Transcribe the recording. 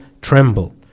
tremble